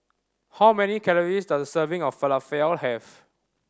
how many calories does a serving of Falafel have